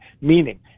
Meaning